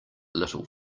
little